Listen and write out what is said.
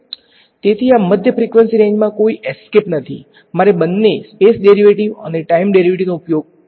તેથી આ મધ્ય ફ્રીકવંસી રેંજમાં કોઈ એસ્કેપ નથી મારે બંન્ને સ્પેસ ડેરિવેટિવ અને ટાઇમ ડેરિવેટિવનો ઉપયોગ કરવો પડશે